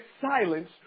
silence